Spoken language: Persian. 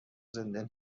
زنده